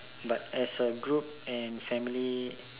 but as a group and family